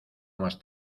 más